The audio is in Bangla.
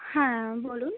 হ্যাঁ বলুন